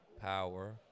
power